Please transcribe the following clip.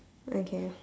okay